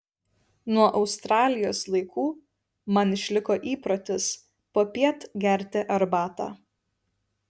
nuo australijos laikų man išliko įprotis popiet gerti arbatą